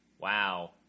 wow